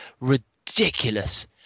ridiculous